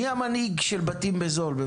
מי המנהיג של בתים בזול במדינת ישראל?